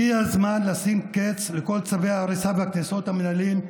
הגיע הזמן לשים קץ לכל צווי ההריסה והקנסות המינהליים,